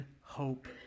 hope